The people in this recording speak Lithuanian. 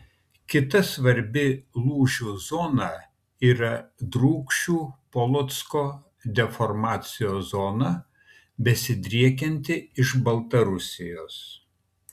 kita svarbi lūžių zona yra drūkšių polocko deformacijos zona besidriekianti iš baltarusijos